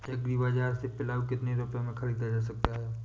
Agree बाजार से पिलाऊ कितनी रुपये में ख़रीदा जा सकता है?